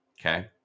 okay